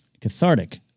Cathartic